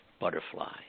butterfly